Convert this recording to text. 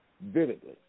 vividly